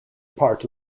part